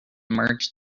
merge